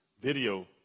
Video